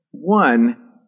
One